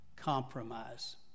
compromise